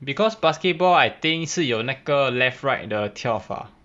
because basketball I think 是有那个 left right 的跳法